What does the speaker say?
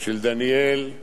של דניאל,